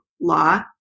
law